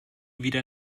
wieder